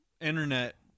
internet